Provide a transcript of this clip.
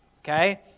okay